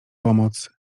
pomoc